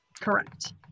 Correct